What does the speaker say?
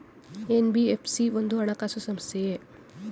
NBFC ಒಂದು ಹಣಕಾಸು ಸಂಸ್ಥೆಯೇ?